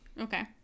Okay